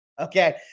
Okay